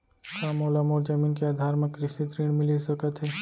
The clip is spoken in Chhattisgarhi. का मोला मोर जमीन के आधार म कृषि ऋण मिलिस सकत हे?